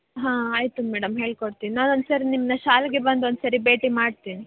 ಹಾಂ ಆಯಿತು ಮೇಡಮ್ ಹೇಳ್ಕೊಡ್ತೀನಿ ನಾನೊಂದು ಸಾರಿ ನಿಮ್ಮನ್ನ ಶಾಲೆಗೆ ಬಂದು ಒಂದು ಸಾರಿ ಭೇಟಿ ಮಾಡ್ತೀನಿ